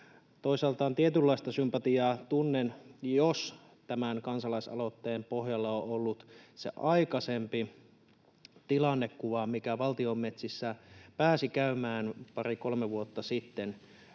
toisaalta tietynlaista sympatiaa tunnen, jos tämän kansalaisaloitteen pohjalla on ollut se aikaisempi tilannekuva, mikä valtion metsissä pääsi käymään pari kolme vuotta sitten,